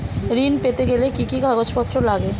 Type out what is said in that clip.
ঋণ পেতে গেলে কি কি কাগজপত্র লাগে?